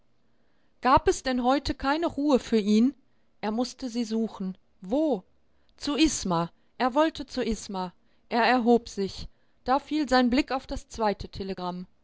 gab es denn heute keine ruhe für ihn er mußte sie suchen wo zu isma er wollte zu isma er erhob sich da fiel sein blick auf das zweite telegramm